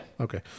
Okay